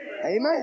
Amen